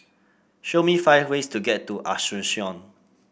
show me five ways to get to Asuncion